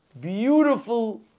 beautiful